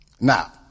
Now